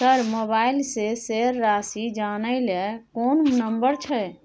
Sir mobile से शेस राशि जानय ल कोन नंबर छै?